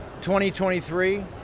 2023